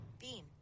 Bean